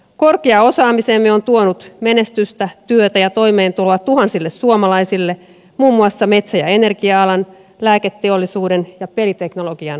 korkea osaamisemme on tuonut menestystä työtä ja toimeentuloa tuhansille suomalaisille muun muassa metsä ja energia alan lääketeollisuuden ja peliteknologian parissa